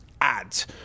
Ads